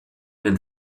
den